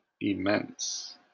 immense